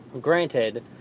Granted